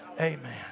Amen